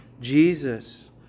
Jesus